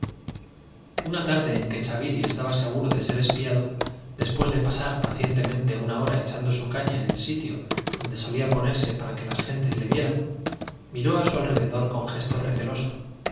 una tarde en que chaviri estaba seguro de ser de pasar pacientemente hora espiado después una echando su caña en el sitio donde solía ponerse para que las gentes le vieran miró á su alrededor con gesto receloso